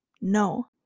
no